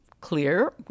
clear